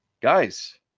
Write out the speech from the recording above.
guys